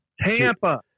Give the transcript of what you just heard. Tampa